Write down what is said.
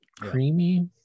Creamy